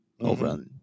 Over